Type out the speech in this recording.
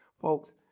folks